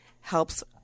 helps